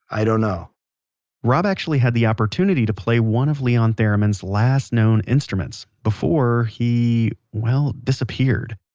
i don't know rob actually had the opportunity to play one of leon theremin's last known instruments before he, well, disappeared.